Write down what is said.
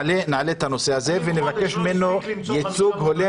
נעלה את הנושא הזה ונבקש ממנו ייצוג הולם